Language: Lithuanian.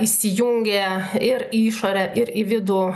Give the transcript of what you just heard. įsijungė ir į išorę ir į vidų